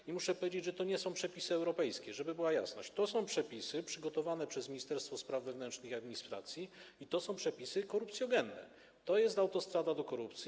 I muszę powiedzieć, że to nie są przepisy europejskie, żeby była jasność, to są przepisy przygotowane przez Ministerstwo Spraw Wewnętrznych i Administracji i to są przepisy korupcjogenne, to jest autostrada do korupcji.